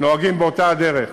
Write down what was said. נוהגים באותה דרך,